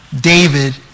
David